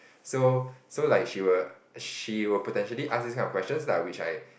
so so like she will she will potentially ask these kind of questions lah which I